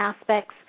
aspects